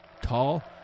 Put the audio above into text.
tall